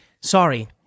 Sorry